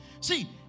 See